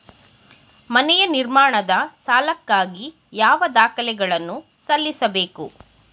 ಮನೆ ನಿರ್ಮಾಣದ ಸಾಲಕ್ಕಾಗಿ ಯಾವ ದಾಖಲೆಗಳನ್ನು ಸಲ್ಲಿಸಬೇಕು?